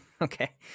Okay